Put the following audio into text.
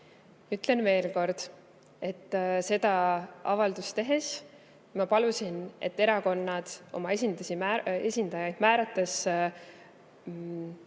Ütlen veel kord, et seda avaldust tehes ma palusin, et erakonnad oma esindajaid määrates